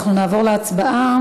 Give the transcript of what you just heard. אנחנו נעבור להצבעה.